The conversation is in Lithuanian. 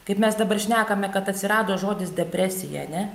kaip mes dabar šnekame kad atsirado žodis depresija ar ne